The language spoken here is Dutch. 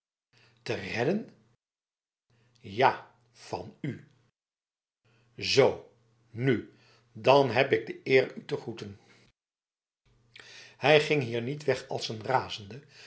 te redden ja van u zo nu dan heb ik de eer u te groeten hij ging hier niet weg als een razende